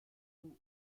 ins